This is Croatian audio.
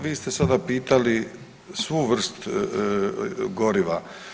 Vi ste sada pitali svu vrst goriva.